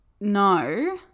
no